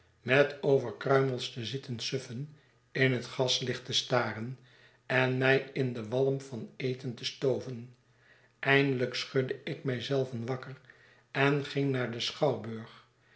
met over kruimels te zitten suffen in het gaslicht te staren en my in den walm van eten te stoven eindelijk schudde ik mij zelven wakker en ging naar den schouwburg